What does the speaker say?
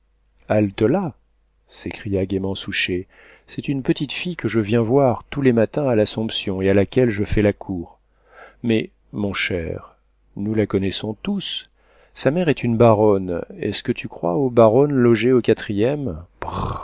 halte-là s'écria gaiement souchet c'est une petite fille que je viens voir tous les matins à l'assomption et à laquelle je fais la cour mais mon cher nous la connaissons tous sa mère est une baronne est-ce que tu crois aux baronnes logées au quatrième